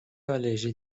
آلرژی